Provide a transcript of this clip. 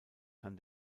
kann